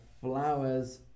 flowers